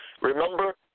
Remember